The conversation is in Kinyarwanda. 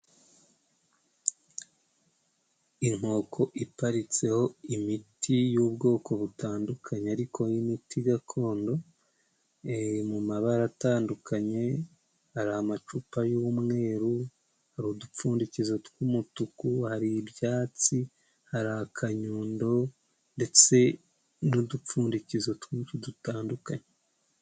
Inkoko iparitseho imiti y'ubwoko butandukanye ariko yimiti gakondo, e mu mabara atandukanye hari amacupa y'mweru, hari udupfundikizo tw'umutuku hari ibyatsi hari akanyundo ndetse n'udupfundikizo twinshi dutandukanye.